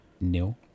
nil